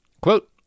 quote